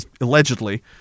allegedly